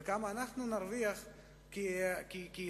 וגם אנו נרוויח כאזרחים,